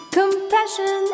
Compassion